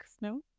no